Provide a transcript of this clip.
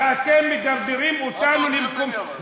ואתם מדרדרים אותנו למקומות,